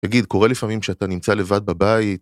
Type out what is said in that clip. תגיד, קורה לפעמים שאתה נמצא לבד בבית